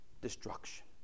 destruction